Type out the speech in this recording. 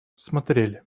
смотрели